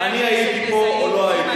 אני הייתי פה או לא הייתי פה.